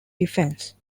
defense